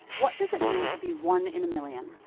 what does it mean to be one in a million?